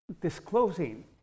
disclosing